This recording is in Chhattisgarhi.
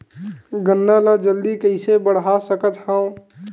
गन्ना ल जल्दी कइसे बढ़ा सकत हव?